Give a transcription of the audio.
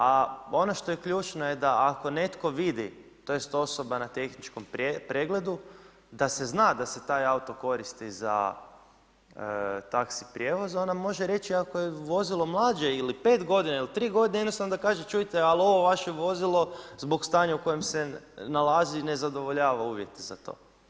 A ono što je ključno je da ako netko vidi tj. osoba na tehničkom pregledu da se zna da se taj auto koristi za taxi prijevoz, ona može reći ako je vozilo mlađe ili 5 godina ili 3 godine, jednostavno da kaže čujte ali ovo vaše vozilo zbog stanja u kojem se nalazi ne zadovoljava uvjete za to.